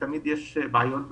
תמיד יש בעיות בדרך,